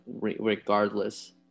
regardless